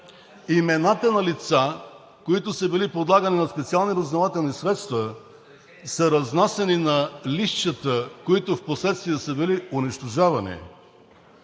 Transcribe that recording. Имената на лица, които са били подлагани на специални разузнавателни средства, са разнасяни на листчета, които впоследствие са били унищожавани.